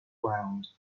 ground